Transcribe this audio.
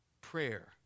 Prayer